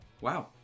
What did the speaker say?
wow